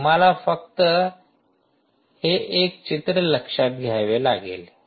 आपल्याला फक्त हे एक चित्र लक्षात घ्यावे लागेल